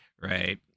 right